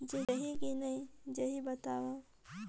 जाही की नइ जाही बताव?